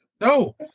no